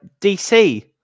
DC